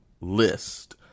list